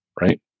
Right